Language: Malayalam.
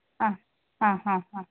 ആ ആ ആ ആ